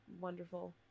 wonderful